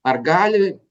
ar gali